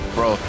Bro